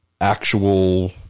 actual